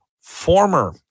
former